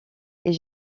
est